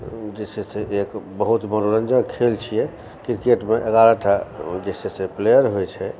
जे छै से एक बहुत मनोरञ्जक खेल छियै क्रिकेटमे एगारहटा जे छै से प्लेयर होइत छै